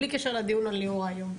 בלי קשר לדיון על ליאורה היום.